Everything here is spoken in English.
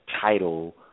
title